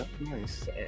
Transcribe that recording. nice